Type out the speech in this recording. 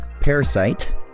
Parasite